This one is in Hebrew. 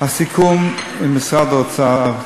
הסיכום עם משרד האוצר,